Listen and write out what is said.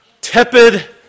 tepid